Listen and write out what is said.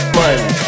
money